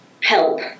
help